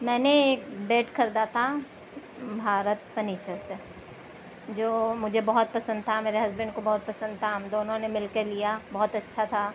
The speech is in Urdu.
میں نے ایک بیڈ خریدا تھا بھارت فنیچر سے جو مجھے بہت پسند تھا میرے ہزبینڈ کو بہت پسند تھا ہم دونوں نے مل کے لیا بہت اچھا تھا